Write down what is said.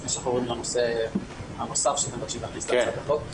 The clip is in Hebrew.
לפני שאנחנו עוברים לנושא הנוסף שמבקשים להכניס להצעת החוק,